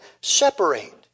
separate